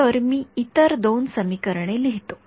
तर मी इतर दोन समीकरणे लिहितो